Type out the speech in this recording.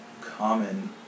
common